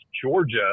Georgia